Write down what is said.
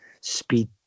speed